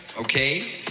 okay